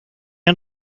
han